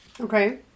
Okay